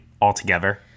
altogether